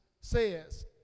says